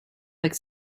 avec